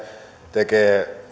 tekee